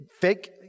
fake